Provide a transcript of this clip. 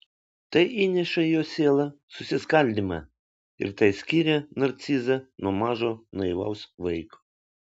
tai įneša į jo sielą susiskaldymą ir tai skiria narcizą nuo mažo naivaus vaiko